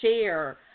share